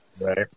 Right